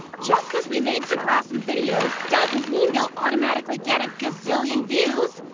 just cause we made super awesome videos, doesn't mean they'll automatically get a gazillion views.